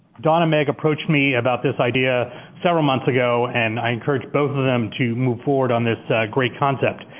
dawn and meg approached me about this idea several months ago and i encouraged both of them to move forward on this great concept.